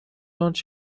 آمریکا